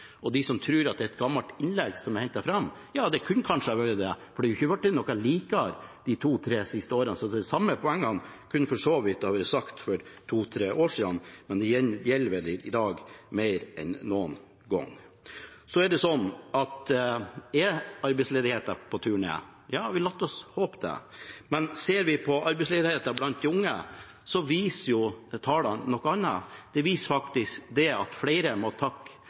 og en viktig sak. Og til dem som tror at det er et gammelt innlegg som er hentet fram – ja, det kunne kanskje ha vært det, for det har ikke blitt noe bedre de to–tre siste årene, så de samme poengene kunne for så vidt ha blitt sagt for to–tre år siden, men de gjelder vel i dag mer enn noen gang. Er arbeidsledigheten på vei ned? Ja, la oss håpe det. Men ser vi på arbeidsledigheten blant de unge, viser tallene noe annet. De viser faktisk at flere må takke